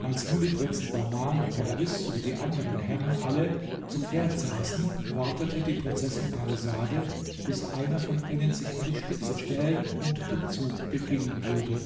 als nun die prinzen bahman und perwis sowie die anderen herrn alle zu pferd saßen wartete die prinzessin parisade bis einer von ihnen sich an die spitze stellen und den zug beginnen würde